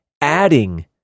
adding